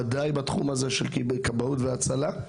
ודאי בתחום הזה של כבאות והצלחה.